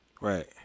Right